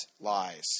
lies